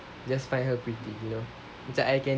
just find her pretty you know macam I can